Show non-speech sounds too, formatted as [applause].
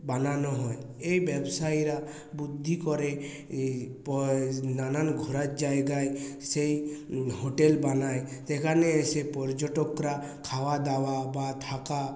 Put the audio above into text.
বানানো হয় এই ব্যবসায়ীরা বুদ্ধি করে এই [unintelligible] নানান ঘোরার জায়গায় সেই হোটেল বানায় সেখানে এসে পর্যটকরা খাওয়া দাওয়া বা থাকা